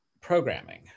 programming